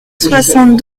soixante